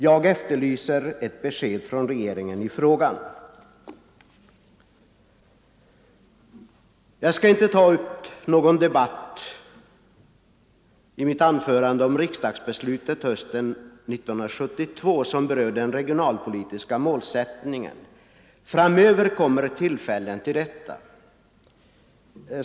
Jag efterlyser ett besked från regeringen i frågan. Jag skall inte ta upp någon debatt om riksdagsbeslutet hösten 1972, som berör den regionalpolitiska målsättningen. Framöver kommer tillfällen till detta.